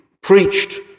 preached